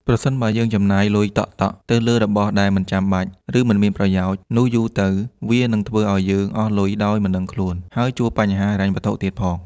ប្រសិនបើ យើងចំណាយលុយតក់ៗទៅលើរបស់ដែលមិនចាំបាច់ ឬមិនមានប្រយោជន៍ នោះយូរទៅវានឹងធ្វើឱ្យយើងអស់លុយដោយមិនដឹងខ្លួន ហើយជួបបញ្ហាហិរញ្ញវត្ថុទៀតផង។